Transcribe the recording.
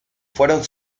fueron